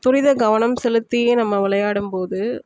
துரித கவனம் செலுத்தியே நம்ம விளையாடும்போது